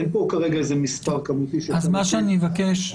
אין פה כרגע איזה מספר כמותי שאפשר לתת.